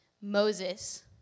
Moses